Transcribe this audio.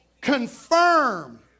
confirm